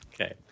Okay